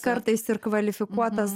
kartais ir kvalifikuotas